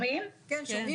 שלום.